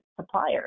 suppliers